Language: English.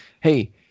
Hey